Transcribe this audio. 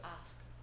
ask